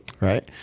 Right